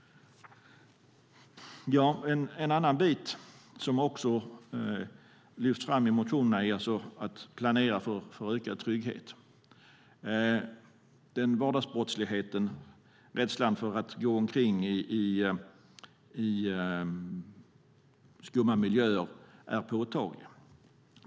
En annan bit som lyfts fram i motionerna är planeringen för ökad trygghet. Vardagsbrottsligheten och rädslan för att gå omkring i skumma miljöer är påtaglig.